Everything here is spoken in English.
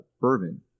bourbon